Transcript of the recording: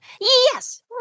Yes